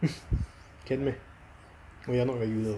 can meh oh ya not regular